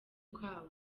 kabo